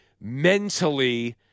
mentally